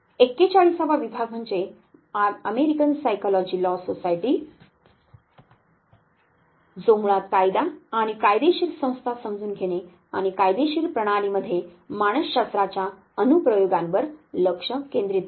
41 वा विभाग म्हणजे अमेरिकन सायकॉलजी लॉ सोसायटी जो मुळात कायदा आणि कायदेशीर संस्था समजून घेणे आणि कायदेशीर प्रणालीमध्ये मानसशास्त्राच्या अनुप्रयोगांवर लक्ष केंद्रित करते